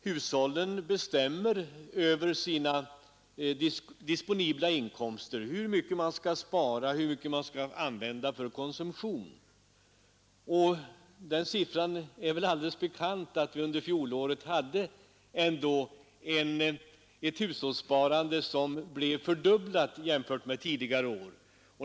Hushållen bestämmer över sina disponibla inkomster hur mycket man kan spara och hur mycket man skall använda för konsumtion. Det är väl allmänt bekant att vi under fjolåret hade ett fördubblat hushållssparande jämfört med tidigare år.